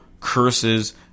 curses